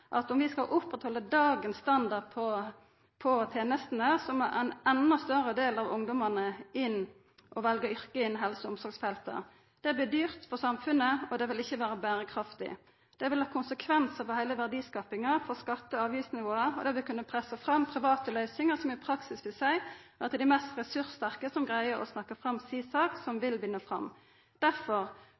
at om vi skal oppretthalda dagens standard på tenestene, må ein enda større del av ungdommane velja yrke innafor helse- og omsorgsfeltet. Det blir dyrt for samfunnet, og det vil ikkje vera berekraftig. Det vil ha konsekvensar for heile verdiskapinga, for skatte- og avgiftsnivået, og det vil kunna pressa fram private løysingar, som i praksis vil seia at det er dei mest ressurssterke som greier å snakka fram si sak, som vil vinna fram.